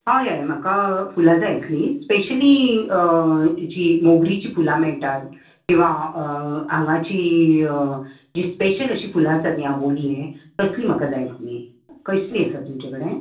हय हय म्हाका फुलां जाय आसली स्पेशली हेचीं मोगरीची फुलां मेळटात किंवा हांगाचीं जीं स्पेशल अशीं फुलां आसात न्ही आबोलीं तसलीं म्हाका जाय आसलीं कसलीं आसा तुमचे कडेन